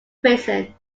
prison